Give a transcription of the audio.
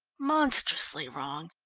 monstrously wrong.